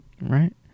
Right